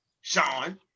sean